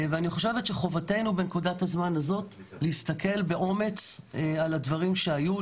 אני חושבת שמחובתנו בנקודת הזמן הזו להסתכל באומץ על הדברים שהיו,